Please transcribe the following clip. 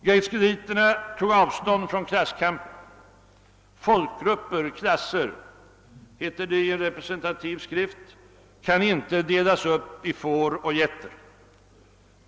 Gaitskelliterna tog avstånd från klasskampen: »Folkgrupper «», heter det i en representativ skrift, «kan inte delas upp i får och getter.